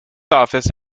office